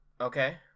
Okay